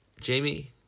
Jamie